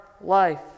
life